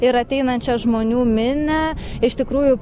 ir ateinančią žmonių minią iš tikrųjų